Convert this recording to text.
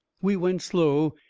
we went slow,